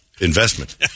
investment